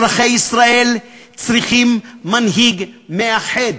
אזרחי ישראל צריכים מנהיג מאחד,